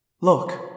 Look